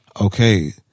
Okay